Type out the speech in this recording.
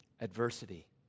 adversity